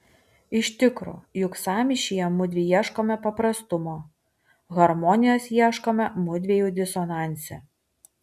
iš tikro juk sąmyšyje mudvi ieškome paprastumo harmonijos ieškome mudviejų disonanse